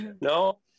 No